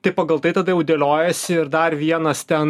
tai pagal tai tada jau dėliojasi ir dar vienas ten